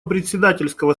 председательского